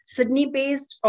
Sydney-based